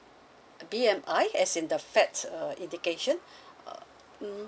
B_M_I as in the fat uh indication err mm